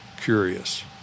curious